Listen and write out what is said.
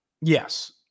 Yes